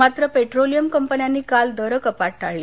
मात्र पेट्रोलियम कंपन्यांनी काल दर कपात टाळली